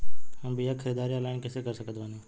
हम बीया के ख़रीदारी ऑनलाइन कैसे कर सकत बानी?